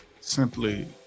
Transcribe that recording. simply